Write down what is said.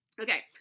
Okay